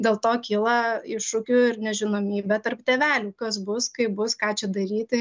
dėl to kyla iššūkių ir nežinomybė tarp tėvelių kas bus kaip bus ką čia daryti